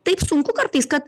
taip sunku kartais kad